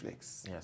Yes